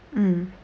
mm